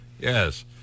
Yes